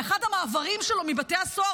באחד המעברים שלו מבתי הסוהר,